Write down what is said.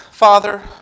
Father